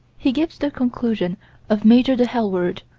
he gives the conclusion of major de helward,